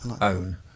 own